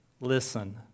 listen